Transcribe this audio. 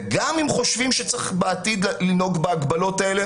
גם אם חושבים שצריך בעתיד לנהוג בהגבלות האלה,